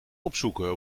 opzoeken